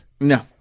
no